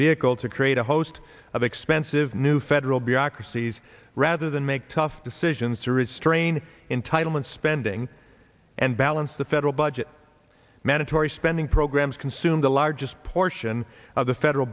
vehicle to create a host of expensive new federal bureaucracies rather than make tough decisions to restrain entitlement spending and balance the federal budget mandatory spending programs consume the largest portion of the federal